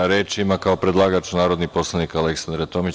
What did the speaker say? Reč ima, kao predlagač, narodni poslanik Aleksandra Tomić.